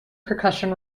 percussion